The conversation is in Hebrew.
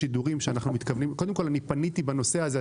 קודם כול, אני פניתי בנושא הזה.